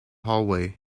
hallway